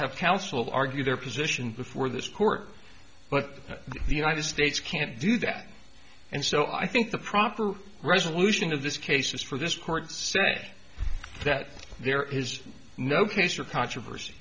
counsel argue their position before this court but the united states can't do that and so i think the proper resolution of this case is for this court to say that there is no case or controversy